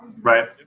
Right